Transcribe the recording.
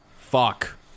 Fuck